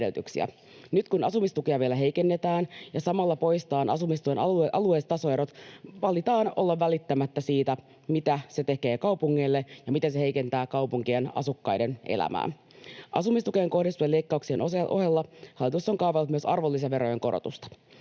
Nyt, kun asumistukea vielä heikennetään ja samalla poistetaan asumistuen alueelliset tasoerot, valitaan olla välittämättä siitä, mitä se tekee kaupungeille ja miten se heikentää kaupunkien asukkaiden elämää. Asumistukeen kohdistuvien leikkauksien ohella hallitus on kaavaillut myös arvonlisäverojen korotusta.